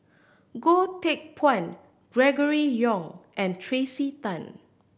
Goh Teck Phuan Gregory Yong and Tracey Tan